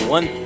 One